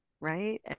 right